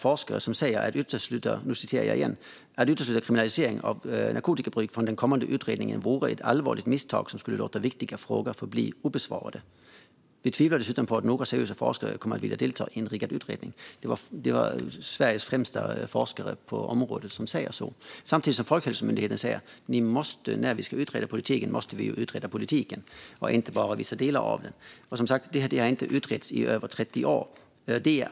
Forskare säger: "Att utesluta kriminaliseringen av narkotikabruk från den kommande utredningen vore ett allvarligt misstag som skulle låta viktiga frågor förbli obesvarade. Vi tvivlar dessutom på att några seriösa forskare kommer att vilja delta i en riggad utredning." Det är alltså Sveriges främsta forskare på området som säger så. Samtidigt säger Folkhälsomyndigheten att man måste utreda hela politiken och inte bara vissa delar den. Detta har som sagts inte utretts på över 30 år.